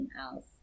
else